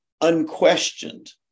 unquestioned